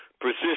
Persist